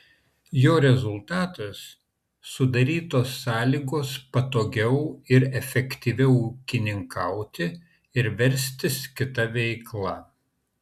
jo rezultatas sudarytos sąlygos patogiau ir efektyviau ūkininkauti ir verstis kita veikla